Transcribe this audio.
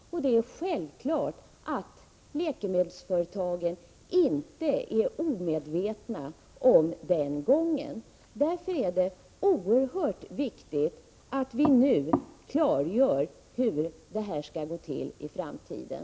Det är självklart att läkemedelsföretagen inte är omedvetna om den gången. Därför är det oerhört viktigt att vi nu klargör hur det här skall gå till i framtiden.